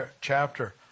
chapter